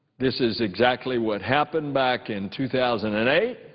this is exactly what happened back in two thousand and eight.